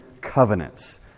covenants